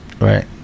Right